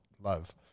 love